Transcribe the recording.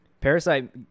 Parasite